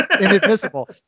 inadmissible